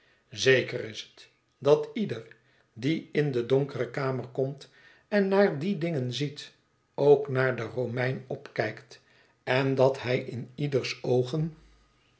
zeker is het dat ieder die in de donkere kamer komt en naar die dingen ziet ook naar den romein opkijkt en dat hij in ieders oogen